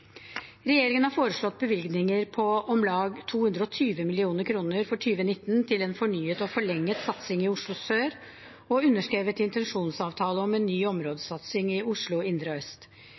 Regjeringen har foreslått bevilgninger på om lag 220 mill. kr for 2019 til en fornyet og forlenget satsing i Oslo sør og underskrevet en intensjonsavtale om en ny områdesatsing i Oslo indre øst.